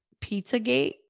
Pizzagate